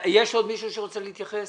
יש עוד מישהו שרוצה להתייחס?